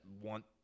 want